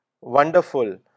Wonderful